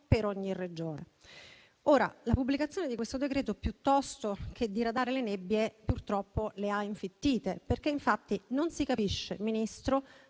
per ogni Regione. La pubblicazione di questo decreto, piuttosto che diradare le nebbie, purtroppo le ha infittite, perché infatti non si capisce per